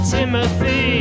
Timothy